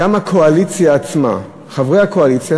גם הקואליציה עצמה, חברי הכנסת